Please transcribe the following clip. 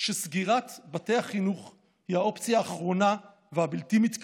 שסגירת בתי החינוך היא האופציה האחרונה והבלתי-מתקבלת.